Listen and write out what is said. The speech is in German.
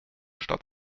stadt